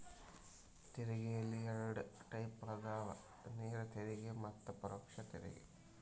ತೆರಿಗೆಯಲ್ಲಿ ಎರಡ್ ಟೈಪ್ ಅದಾವ ನೇರ ತೆರಿಗೆ ಮತ್ತ ಪರೋಕ್ಷ ತೆರಿಗೆ